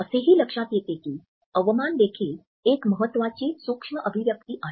असेही लक्ष्यात येते की अवमान देखील एक महत्वाची सूक्ष्म अभिव्यक्ति आहे